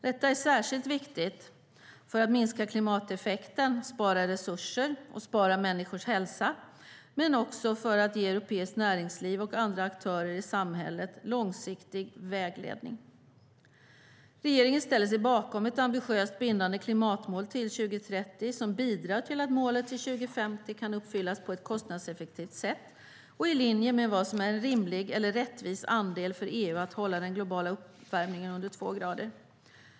Detta är särskilt viktigt för att minska klimateffekten, spara resurser och spara människors hälsa, men också för att ge europeiskt näringsliv och andra aktörer i samhället långsiktig vägledning. Regeringen ställer sig bakom ett ambitiöst bindande klimatmål till 2030 som bidrar till att målet till 2050 kan uppfyllas på ett kostnadseffektivt sätt och i linje med vad som är en rimlig eller rättvis andel för EU för att hålla den globala uppvärmningen under två grader.